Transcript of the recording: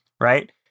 right